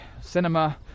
cinema